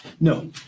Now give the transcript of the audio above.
No